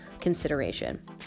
consideration